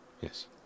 Yes